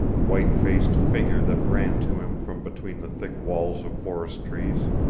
white-faced figure that ran to him from between the thick walls of forest trees.